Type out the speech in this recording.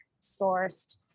sourced